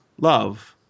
love